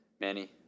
Manny